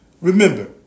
Remember